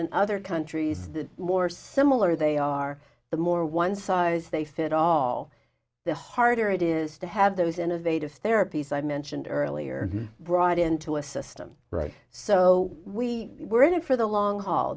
in other countries the more similar they are the more one size they fit all the harder it is to have those innovative therapies i mentioned earlier brought into a system right so we were in it for the long haul